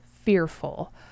fearful